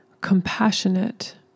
compassionate